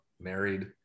married